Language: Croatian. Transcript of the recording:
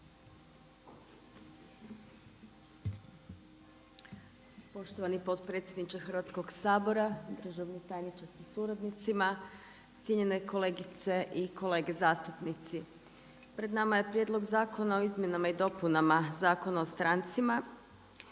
Poštovani potpredsjedniče Hrvatskoga sabora, državni tajniče sa suradnicima, cijenjene kolegice i kolege zastupnici. Pred nama je Prijedlog zakona o izmjenama i dopunama Zakona o strancima.